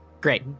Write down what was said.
Great